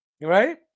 right